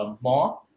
more